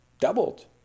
doubled